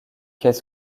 qu’est